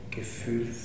Gefühl